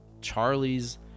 Charlie's